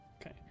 Okay